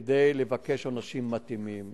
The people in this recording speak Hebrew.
כדי לבקש עונשים מתאימים.